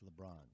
LeBron